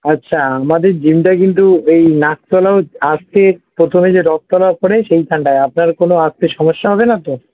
আচ্ছা আমাদের জিমটা কিন্তু ওই নাকতলা আসতে প্রথমেই যে রথতলা পড়ে সেইখানটায় আপনার কোনো আসতে সমস্যা হবে না তো